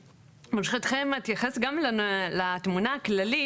אני ברשותכם אתייחס גם לתמונה הכללית.